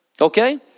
Okay